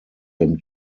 him